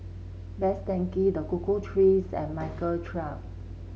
Best Denki The Cocoa Trees and Michael Trio